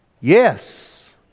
Yes